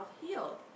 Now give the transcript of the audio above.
healed